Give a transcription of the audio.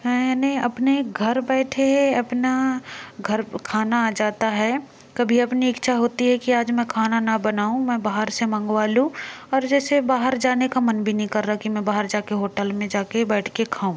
मैंने अपने घर बैठे अपना घर खाना आ जाता है कभी अपना इच्छा होती है कि आज मैं खाना न बनाऊँ मैं बाहर से मंगवालूँ और जैसे बाहर जाने का मन भी नही कर रहा है कि मै बाहर जाकर होटल मैं जा कर बैठ कर खाऊँ